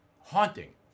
haunting